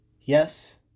Yes